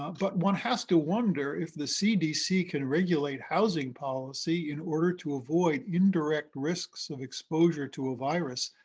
but one has to wonder, if the cdc can regulate housing policy in order to avoid indirect risks of exposure to a virus,